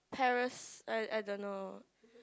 paras~ I I don't know